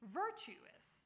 virtuous